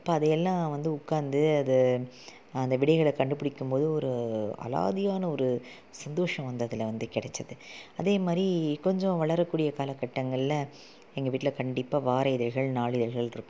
அப்போ அதையெல்லாம் வந்து உட்காந்து அதை அந்த விடைகளை கண்டுபிடிக்கும்போது ஒரு அலாதியான ஒரு சந்தோஷம் வந்து அதில் வந்து கிடச்சுது அதேமாதிரி கொஞ்சம் வளரக்கூடிய காலக்கட்டங்களில் எங்கள் வீட்டில் கண்டிப்பாக வார இதழ்கள் நாள் இதழ்கள் இருக்கும்